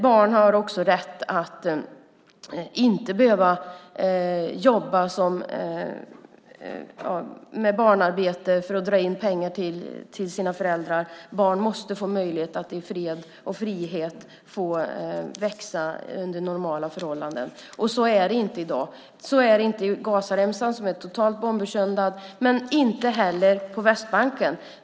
Barn har också rätt att inte behöva jobba i barnarbete för att dra in pengar till sina föräldrar. Barn måste få möjlighet att i fred och frihet växa under normala förhållanden. Så är det inte i dag. Så är det inte på Gazaremsan, som är totalt sönderbombad, och inte heller på Västbanken.